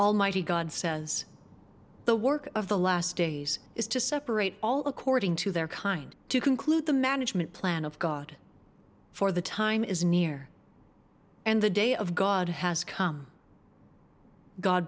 almighty god says the work of the last days is to separate all according to their kind to conclude the management plan of god for the time is near and the day of god has come god